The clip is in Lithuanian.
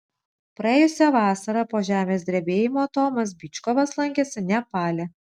praėjusią vasarą po žemės drebėjimo tomas byčkovas lankėsi nepale